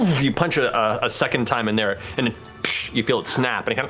you punch a ah second time in there, and you feel it snap and it